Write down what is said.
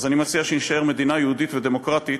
אז אני מציע שנישאר מדינה יהודית ודמוקרטית